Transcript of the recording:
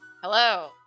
Hello